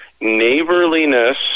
neighborliness